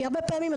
כי הרבה פעמים,